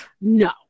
No